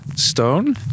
stone